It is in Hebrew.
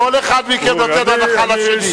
כל אחד מכם נותן הנחה לשני.